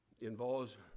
involves